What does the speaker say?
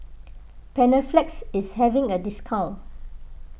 Panaflex is having a discount